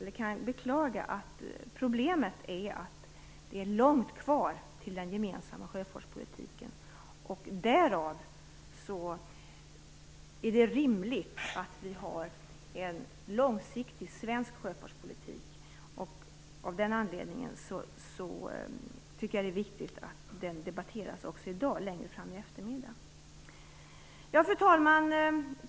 Jag är ledsen att säga att det är långt kvar till en gemensam sjöfartspolitik. Därför är det rimligt att vi har en långsiktig svensk sjöfartspolitik. Av den anledningen tycker jag att det är viktigt att den debatteras också i dag, längre fram i eftermiddag. Fru talman!